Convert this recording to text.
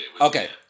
Okay